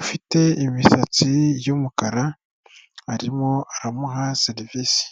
ufite imisatsi y'umukara arimo aramuha serivisi.